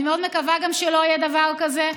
ואני מאוד מקווה גם שלא יהיה דבר כזה.